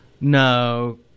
No